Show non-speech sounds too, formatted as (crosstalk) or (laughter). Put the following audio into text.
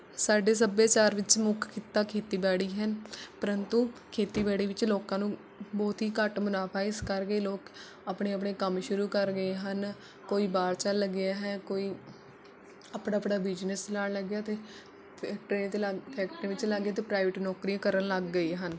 ਸਾਡੇ ਸੱਭਿਆਚਾਰ ਵਿੱਚ ਮੁੱਖ ਕਿੱਤਾ ਖੇਤੀਬਾੜੀ ਹੈ ਪ੍ਰੰਤੂ ਖੇਤੀਬਾੜੀ ਵਿੱਚ ਲੋਕਾਂ ਨੂੰ ਬਹੁਤ ਹੀ ਘੱਟ ਮੁਨਾਫਾ ਹੈ ਇਸ ਕਰਕੇ ਲੋਕ ਆਪਣੇ ਆਪਣੇ ਕੰਮ ਸ਼ੁਰੂ ਕਰ ਗਏ ਹਨ ਕੋਈ ਬਾਹਰ ਚੱਲ ਗਿਆ ਹੈ ਕੋਈ ਆਪਣਾ ਆਪਣਾ ਬਿਜ਼ਨੈਸ ਚਲਾਉਣ ਲੱਗ ਗਿਆ ਅਤੇ ਫਿਰ (unintelligible) ਫੈਕਟਰੀਆਂ ਵਿੱਚ ਲੱਗ ਗਏ ਅਤੇ ਪ੍ਰਾਈਵੇਟ ਨੌਕਰੀਆਂ ਕਰਨ ਲੱਗ ਗਏ ਹਨ